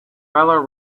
feller